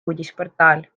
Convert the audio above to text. uudisportaal